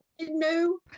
no